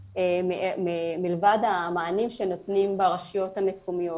מלבד המענים שנותנים ברשויות המקומיות